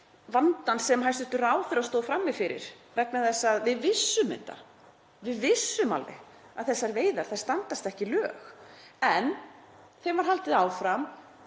vandann sem hæstv. ráðherra stóð frammi fyrir vegna þess að við vissum þetta. Við vissum alveg að þessar veiðar standast ekki lög, en þeim var haldið áfram,